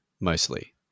mostly